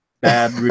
bad